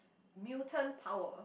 mutant power